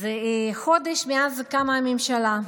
חודש מאז קמה הממשלה,